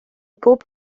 bob